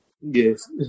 yes